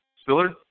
Spiller